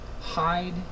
Hide